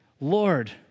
Lord